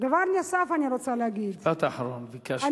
דבר נוסף אני רוצה להגיד, משפט אחרון, ביקשתי.